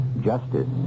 justice